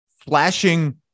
flashing